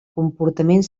comportament